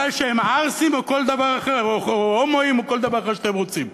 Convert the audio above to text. שהם ערסים או הומואים או כל דבר אחר שאתם רוצים?